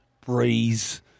breeze